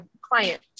client